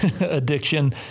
addiction